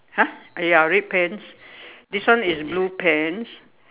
!huh! ya red pants this one is blue pants